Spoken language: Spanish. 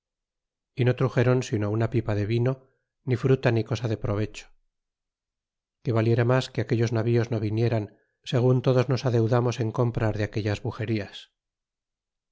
y no truxeron sino una pipa de vino ni fruta ni cosa de provecho que valiera mas que aquellos navíos no vinieran segun todos nos adeudamos en comprar de aquellas bujerías